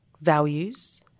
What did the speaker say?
values